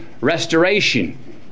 restoration